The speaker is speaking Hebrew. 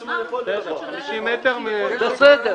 --- בסדר.